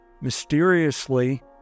Mysteriously